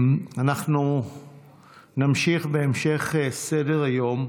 נמשיך בסדר-היום,